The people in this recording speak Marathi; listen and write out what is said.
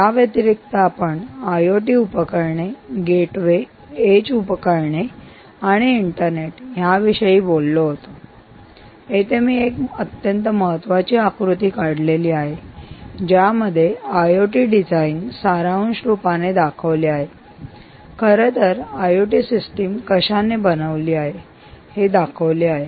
या व्यतिरिक्त आपण आयओटी उपकरणे गेटवे एज उपकरणे आणि इंटरनेट याविषयी बोललो होतो येथे मी एक अत्यंत महत्वाची आकृती काढलेली आहे आहे ज्यामध्ये आयओटी डिझाईन सारांश रूपाने दाखवले आहे खर तर आयओटी सिस्टीम कशाने बनली आहे हे दाखवले आहे